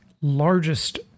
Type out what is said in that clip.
largest